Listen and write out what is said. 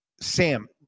Sam